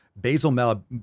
basal